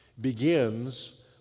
begins